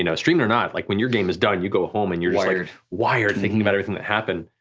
you know streaming or not, like when your game is done, you go home and you're wired wired thinking about everything that happened.